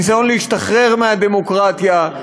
ניסיון להשתחרר מהדמוקרטיה,